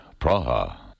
Praha